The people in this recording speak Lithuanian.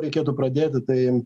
reikėtų pradėti tai